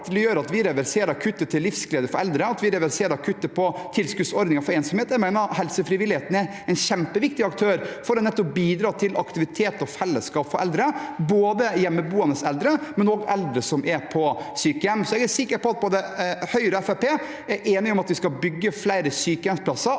latterliggjøre at vi reverserer kuttet til Livsglede for eldre, at vi reverserer kutt i tilskuddsordninger for å bekjempe ensomhet. Jeg mener helsefrivilligheten er en kjempeviktig aktør for nettopp å bidra til aktivitet og fellesskap for eldre, både hjemmeboende eldre og eldre som er på sykehjem. Jeg er sikker på at Høyre og Fremskrittspartiet er enige om at vi skal bygge flere sykehjemsplasser